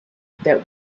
that